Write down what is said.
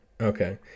Okay